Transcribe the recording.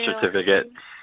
certificate